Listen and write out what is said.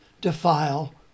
defile